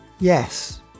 Yes